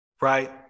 right